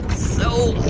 so,